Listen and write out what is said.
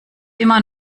immer